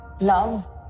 Love